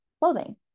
clothing